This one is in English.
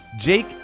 Jake